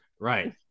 right